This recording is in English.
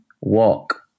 walk